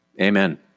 Amen